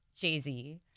Jay-Z